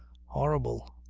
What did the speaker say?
horrible!